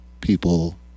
people